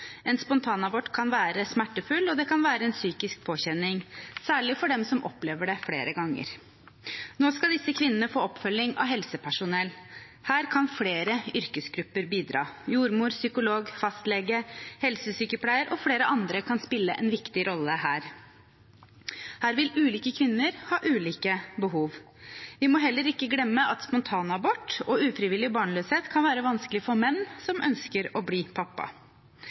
en slik situasjon. En spontanabort kan være smertefull, og det kan være en psykisk påkjenning, særlig for dem som opplever det flere ganger. Nå skal disse kvinnene få oppfølging av helsepersonell. Her kan flere yrkesgrupper bidra; jordmor, psykolog, fastlege, helsesykepleier og flere andre kan spille en viktig rolle her. Her vil ulike kvinner ha ulike behov. Vi må heller ikke glemme at spontanabort og ufrivillig barnløshet kan være vanskelig for menn som ønsker å bli pappa.